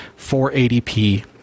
480p